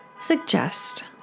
suggest